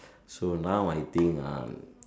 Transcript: so now I think ah